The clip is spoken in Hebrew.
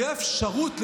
תהיה אפשרות,